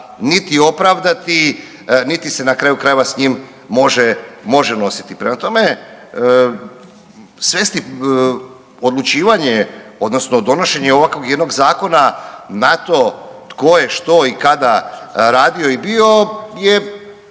niti opravdati niti se na kraju krajeva s njim može nositi. Prema tome, svesti odlučivanje odnosno donošenje ovakvog jednog zakona na to što je tko i kada radio i bio je